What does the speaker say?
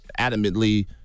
adamantly